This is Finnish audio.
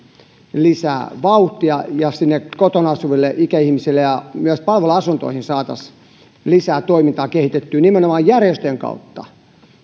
lisää vauhtia ja kotona asuville ikäihmisille ja myös palveluasuntoihin saataisiin lisää toimintaa kehitettyä nimenomaan järjestöjen kautta